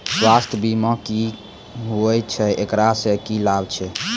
स्वास्थ्य बीमा की होय छै, एकरा से की लाभ छै?